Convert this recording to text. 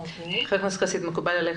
חבר הכנסת חסיד, מקובל עליך?